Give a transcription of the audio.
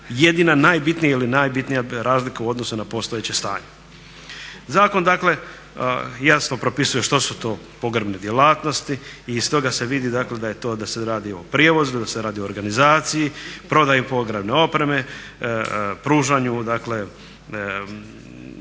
jedina najbitnija ili najbitnija razlika u odnosu na postojeće stanje. Zakon dakle jasno propisuje što su to pogrebne djelatnosti i iz toga se vidi, dakle da je to, da se radi o prijevozu, da se radi o organizaciji, prodaji pogrebne opreme, pružanju dakle,